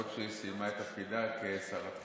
למרות שהיא סיימה את תפקידה כשרת חינוך,